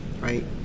right